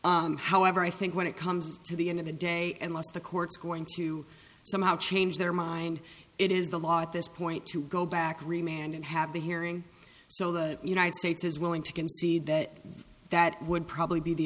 franco however i think when it comes to the end of the day and lost the court's going to somehow change their mind it is the law at this point to go back re man and have the hearing so the united states is willing to concede that that would probably be the